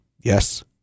Yes